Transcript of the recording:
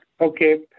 Okay